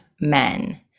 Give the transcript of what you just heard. men